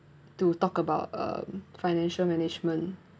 to talk about um financial management